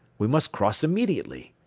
we must cross immediately.